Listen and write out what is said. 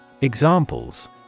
Examples